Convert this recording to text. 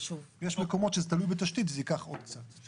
יש מקומות שזה תלוי בתשתית וזה ייקח עוד קצת.